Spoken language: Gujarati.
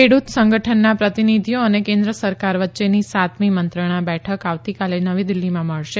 ખેડૂત સંગઠનના પ્રતિનિધિઓ અને કેન્દ્ર સરકાર વચ્ચેની સાતમી મંત્રણા બેઠક આવતીકાલે નવી દિલ્હીમાં મળશે